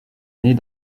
naît